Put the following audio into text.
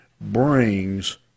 brings